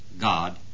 God